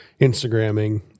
Instagramming